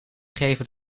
geven